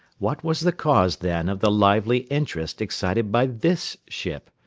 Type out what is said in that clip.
what was the cause, then, of the lively interest excited by this ship?